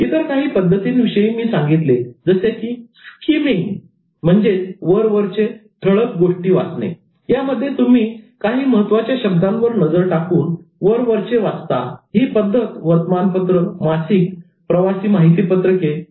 इतर काही पद्धतींविषयी मी सांगितले जसे की स्कीमिंग' वरवरचेठळक गोष्टी वाचणे' यामध्ये तुम्ही काही महत्त्वाच्या शब्दांवर नजर टाकून वरवरचे वाचता ही पद्धत वर्तमानपत्र मासिक प्रवासी माहितीपत्रके इ